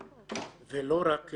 עונש מוות עלול לפגוע בקונצנזוס זה ולחלק